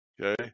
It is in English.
okay